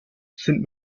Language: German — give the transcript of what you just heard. sind